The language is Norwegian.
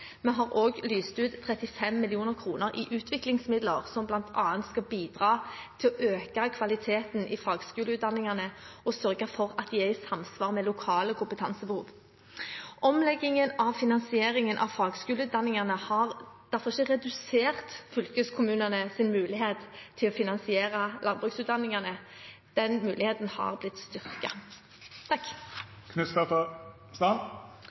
Vi har også lyst ut 35 mill. kr i utviklingsmidler, som bl.a. skal bidra til å øke kvaliteten i fagskoleutdanningene og sørge for at de er i samsvar med lokale kompetansebehov. Omleggingen av finansieringen av fagskoleutdanningene har derfor ikke redusert fylkeskommunenes mulighet til å finansiere landbruksutdanningene. Den muligheten har blitt